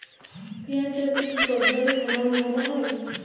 পিঁয়াজ চাষে কি পদ্ধতিতে ফলন ভালো হয়?